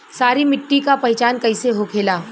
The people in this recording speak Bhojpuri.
सारी मिट्टी का पहचान कैसे होखेला?